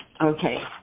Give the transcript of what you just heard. Okay